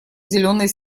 зеленой